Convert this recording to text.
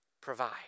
provide